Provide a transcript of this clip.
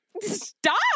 stop